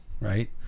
right